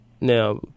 now